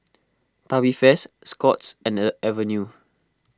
Tubifast Scott's and Avene